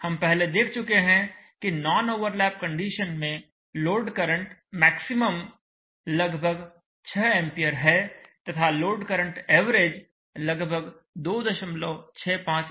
हम पहले देख चुके हैं कि नॉन ओवरलैप कंडीशन में लोड करंट मैक्सिमम लगभग 6A है तथा लोड करंट एवरेज लगभग 265 A है